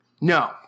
No